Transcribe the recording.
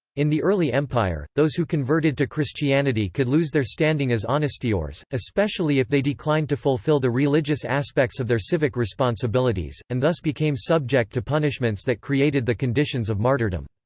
in the early empire, those who converted to christianity could lose their standing as honestiores, especially if they declined to fulfil the religious aspects of their civic responsibilities, and thus became subject to punishments that created the conditions of martyrdom.